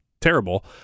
terrible